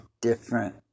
different